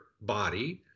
body